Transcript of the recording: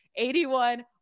81